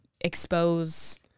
expose